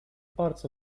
parts